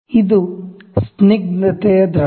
ಇದು viscous fluid